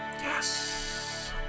Yes